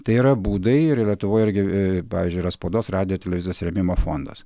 tai yra būdai ir lietuvoj irgi pavyzdžiui yra spaudos radijo televizijos rėmimo fondas